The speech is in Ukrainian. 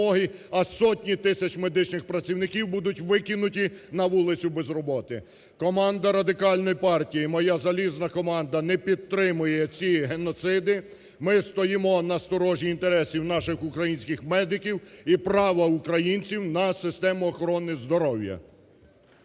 а сотні тисяч медичних працівників будуть викинуті на вулицю без роботи. Команда Радикальної партії, моя залізна команда, не підтримує ці геноциди. Ми стоїмо на сторожі інтересів наших українських медиків і права українців на систему охорони здоров'я.